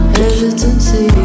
hesitancy